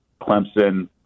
Clemson